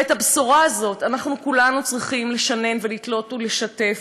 ואת הבשורה הזאת אנחנו כולנו צריכים לשנן ולתלות ולשתף,